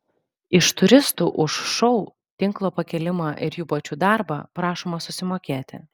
iš turistų už šou tinklo pakėlimą ir jų pačių darbą prašoma susimokėti